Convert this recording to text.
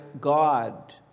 God